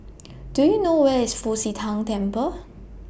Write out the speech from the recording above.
Do YOU know Where IS Fu Xi Tang Temple